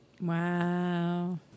Wow